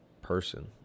person